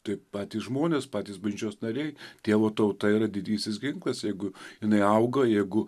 tai patys žmonės patys bažnyčios nariai dievo tauta yra didysis ginklas jeigu jinai auga jeigu